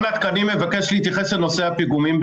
התקנים מבקש להתייחס לנושא הפיגומים,